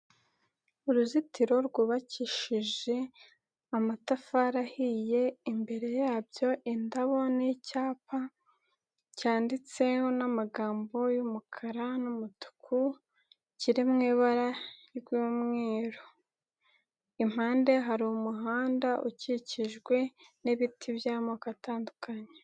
Uruzitiro rwubakishije amatafari ahiye, imbere yabyo indabo n'icyapa, cyanditseho n'amagambo y'umukara n'umutuku, kiri mu ibara ry'umweru. impande hari umuhanda ukikijwe n'ibiti by'amoko atandukanye.